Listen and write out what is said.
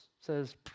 says